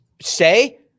say